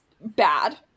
bad